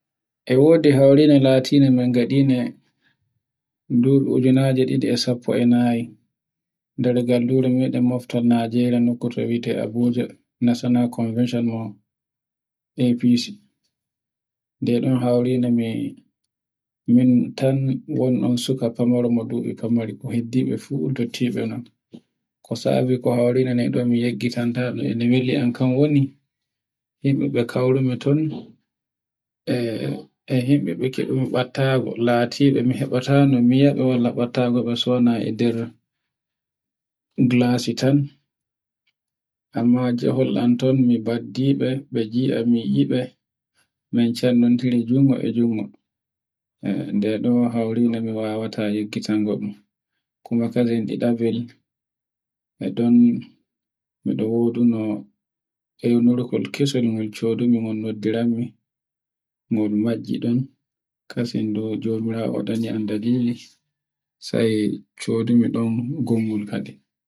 E wodi haure latinde min ngadin de dubu ujinaje ɗiɗi e sappo e naayi nder gallure moɗen moftal Najeriya nokko to mbiyete Abuja National Convention no APC. Nden ɗen haure min tan woni suka mo famaro mo duɓi famaru ko heddi ɓe fu un dottibe non. Ko sawi fu ko hawri mi yeggitanta no, e no weli an ka woni. himɓe mi kawru mi ton, e himɓe mi kei ɓattagol latiɓe mi hiɓeta ni mi yiaaɓe wolla botta kosona e nder gilasi tan. Amma jahol am ton mi faddi ɓe, mbe jiam mi yiieɓe, ndenɗon hauwre mi wawata yeggitango. Kuma kadin ɗiɗa bel, e ɗon mi ɗo woduno ewnurgol kesol ngol mi soduno noddiranmi ngol majji ɗon, kasin ɓo jomirawo neman dalili sai codumi don gongol kadim.